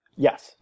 Yes